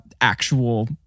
actual